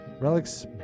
Relics